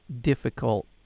difficult